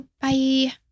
bye